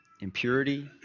impurity